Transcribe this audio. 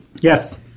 Yes